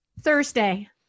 Thursday